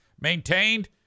maintained